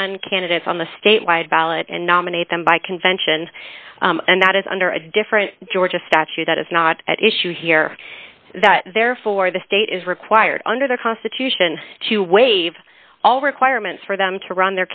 run candidates on the statewide ballot and nominate them by convention and that is under a different georgia statute that is not at issue here that therefore the state is required under the constitution to waive all requirements for them to run